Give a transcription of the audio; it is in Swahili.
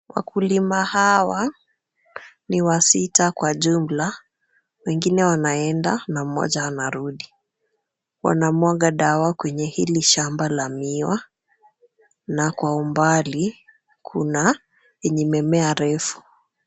Wakulima hawa ni wasita kwa jumla, wengine wanaenda na mmoja anarudi. Wanamwaga dawa kwenye hili shamba la miwa na kwa umbali kuna yenye imemea refu.